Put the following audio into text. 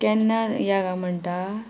केन्ना या गाय म्हणटा